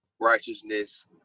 righteousness